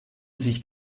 sich